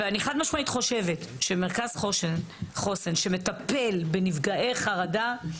ואני חד משמעית חושבת שמרכז חוסן שמטפל בנפגעי חרדה,